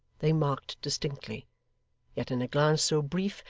they marked distinctly yet in a glance so brief,